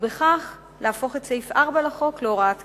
ובכך להפוך את סעיף 4 לחוק להוראת קבע.